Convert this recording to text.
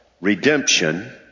redemption